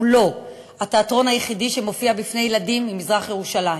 הוא לא התיאטרון היחידי שמופיע בפני ילדים ממזרח-ירושלים.